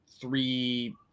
three